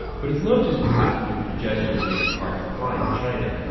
but it's not just passenger congestion that makes it hard to fly in china.